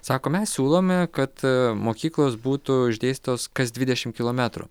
sako mes siūlome kad mokyklos būtų išdėstytos kas dvidešim kilometrų